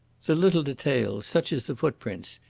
the little details, such as the footprints,